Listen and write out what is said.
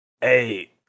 Hey